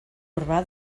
urbà